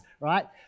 right